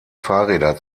fahrräder